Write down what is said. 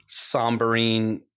sombering